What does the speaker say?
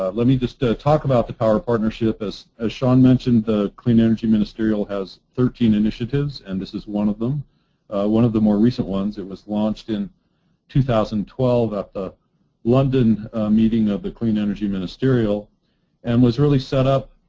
let me just ah talk about the power partnership. as ah sean mentioned, the clean energy ministerial has thirteen initiatives and this is one of them one of the more recent ones. it was launched in two thousand and twelve at the london meeting of the clean energy ministerial and was really set up